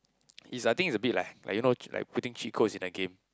it's like I think it's a bit like like you know putting cheat codes in the game